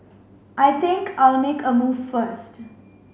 I think I'll make a move first